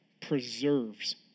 preserves